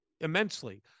immensely